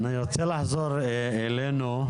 אני רוצה לחזור אלינו,